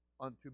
unto